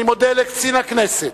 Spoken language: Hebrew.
אני מודה לקצין הכנסת,